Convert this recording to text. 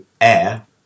air